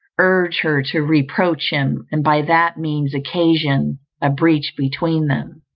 urge her to reproach him, and by that means occasion a breach between them.